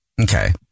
Okay